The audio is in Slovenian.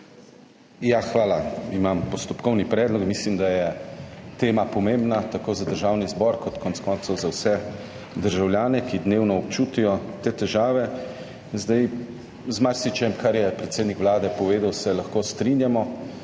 Hvala. Imam postopkovni predlog. Mislim, da je tema pomembna tako za Državni zbor kot konec koncev za vse državljane, ki dnevno občutijo te težave. Z marsičim, kar je predsednik Vlade povedal, se lahko strinjamo,